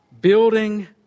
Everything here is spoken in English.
building